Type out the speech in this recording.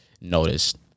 noticed